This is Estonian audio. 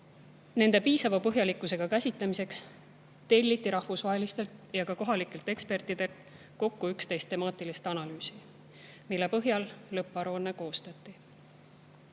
Nende piisava põhjalikkusega käsitlemiseks telliti rahvusvahelistelt ja kohalikelt ekspertidelt kokku 11 temaatilist analüüsi, mille põhjal lõpparuanne koostati. Töörühma